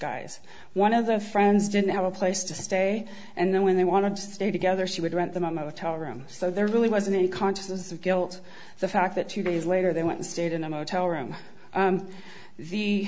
guys one of the friends didn't have a place to stay and then when they wanted to stay together she would rent the motel room so there really wasn't any consciousness of guilt the fact that two days later they went and stayed in a motel room